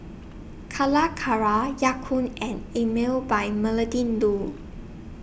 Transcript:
Calacara Ya Kun and Emel By Melinda Looi